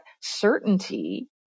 certainty